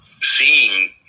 seeing